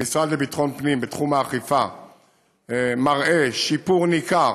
המשרד לביטחון פנים מראה שיפור ניכר